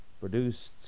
produced